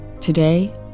Today